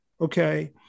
okay